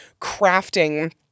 crafting